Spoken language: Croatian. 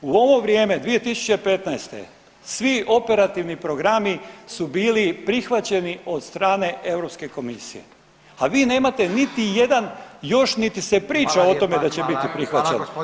U ovo vrijeme 2015. svi operativni programi su bili prihvaćeni od strane Europske komisije, a vi nemate niti jedan još niti se priča o tome [[Upadica Radin: Hvala lijepa, hvala.]] da će biti prihvaćen.